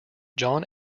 jon